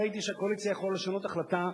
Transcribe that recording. ראיתי שהקואליציה יכולה לשנות החלטה,